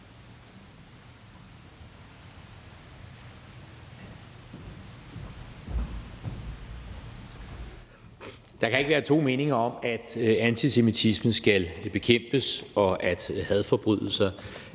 Der kan ikke være to meninger om, at antisemitisme skal bekæmpes, og at hadforbrydelser